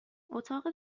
اتاق